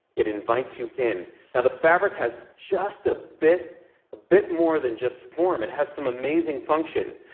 it invites you in. now the fabric has just a bit bit more than just form it has some amazing function.